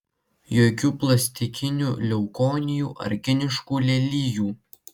jokių plastikinių leukonijų ar kiniškų lelijų